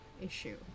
issue